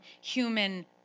human